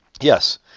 Yes